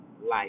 life